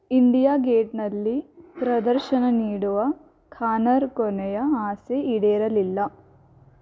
India ಗೇಟ್ನಲ್ಲಿ ಪ್ರದರ್ಶನ ನೀಡುವ ಖಾನರ ಕೊನೆಯ ಆಸೆ ಈಡೇರಲಿಲ್ಲ